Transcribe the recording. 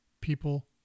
people